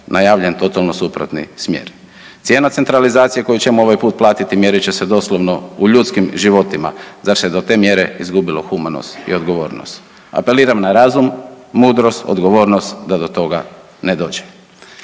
najavljen potpuno suprotni smjer. Cijena centralizacije koju ćemo ovaj put platiti mjerit će se doslovno u ljudskim životima, zar se do te mjere izgubilo humanost i odgovornost? Apeliram na razum, mudrost, odgovornost, da do toga ne dođe.